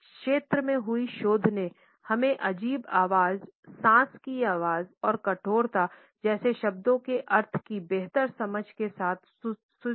इस क्षेत्र में हुई शोध ने हमें अजीब आवाज़ सांस की आवाज़ और कठोरता जैसे शब्दों के अर्थ की बेहतर समझ के साथ सुसज्जित किया है